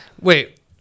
Wait